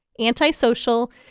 Antisocial